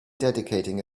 dedicating